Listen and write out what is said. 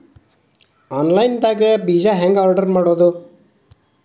Online ದಾಗ ಬೇಜಾ ಹೆಂಗ್ ಆರ್ಡರ್ ಮಾಡೋದು?